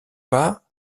pas